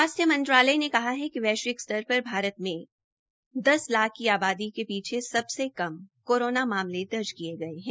स्वास्थ्य मंत्रालय ने कहा है कि वैश्विक स्तर पर भारत में दस लाख की आबादी के पीछे सबसे कम कोरोना मामले दर्ज किये गये है